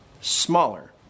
Smaller